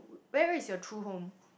where is your true home